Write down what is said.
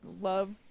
love